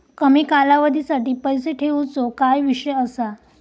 कमी कालावधीसाठी पैसे ठेऊचो काय विषय असा?